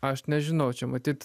aš nežinau čia matyt